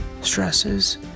stresses